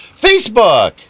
Facebook